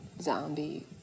zombie